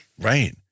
right